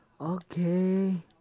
Okay